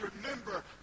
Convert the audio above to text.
remember